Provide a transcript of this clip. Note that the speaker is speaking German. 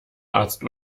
arzt